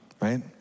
right